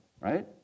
right